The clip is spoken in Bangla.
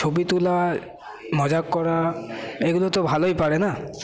ছবি তোলা মাজাক করা এগুলো তো ভালোই পারে না